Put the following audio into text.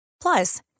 Plus